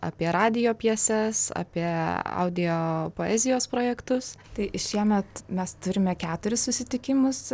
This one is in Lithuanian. apie radijo pjeses apie audio poezijos projektus tai šiemet mes turime keturis susitikimus